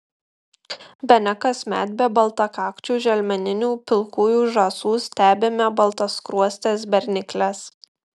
bene kasmet be baltakakčių želmeninių pilkųjų žąsų stebime baltaskruostes bernikles